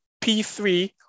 P3